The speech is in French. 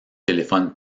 téléphone